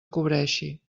cobreixi